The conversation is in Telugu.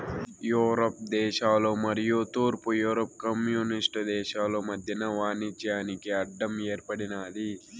యూరప్ దేశాలు మరియు తూర్పు యూరప్ కమ్యూనిస్టు దేశాలు మధ్యన వాణిజ్యానికి అడ్డం ఏర్పడినాది